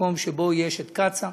מקום שבו קצא"א,